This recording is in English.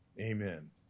Amen